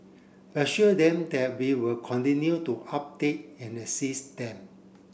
assure them that we will continue to update and assist them